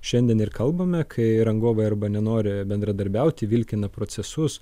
šiandien ir kalbame kai rangovai arba nenori bendradarbiauti vilkina procesus